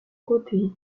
côté